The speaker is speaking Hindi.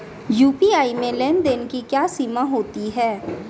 यू.पी.आई में लेन देन की क्या सीमा होती है?